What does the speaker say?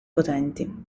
potenti